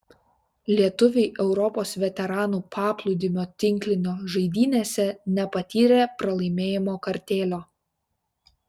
lietuviai europos veteranų paplūdimio tinklinio žaidynėse nepatyrė pralaimėjimo kartėlio